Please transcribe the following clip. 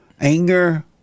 anger